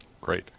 Great